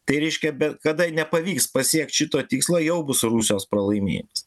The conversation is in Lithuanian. tai reiškia be kada nepavyks pasiekti šito tikslo jau bus rusijos pralaimėjimas